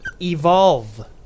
Evolve